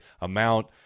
amount